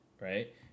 right